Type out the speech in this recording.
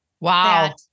Wow